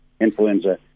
influenza